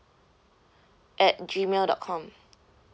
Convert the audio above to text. at Gmail dot com